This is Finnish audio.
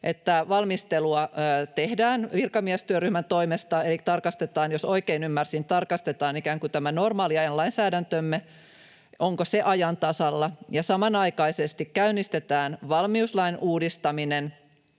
että valmistelua tehdään virkamiestyöryhmän toimesta eli — jos oikein ymmärsin — tarkastetaan normaaliajan lainsäädäntömme, onko se ajan tasalla, ja samanaikaisesti käynnistetään valmiuslain uudistaminen,